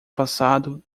passado